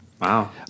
Wow